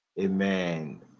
amen